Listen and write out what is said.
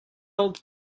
old